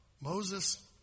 Moses